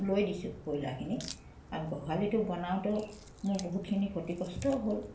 লৈ দিছোঁ ব্ৰইলাৰখিনি আৰু গোহালিটো বনাওঁতে মোৰ বহুতখিনি ক্ষতি কষ্ট হ'ল